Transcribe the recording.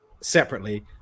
separately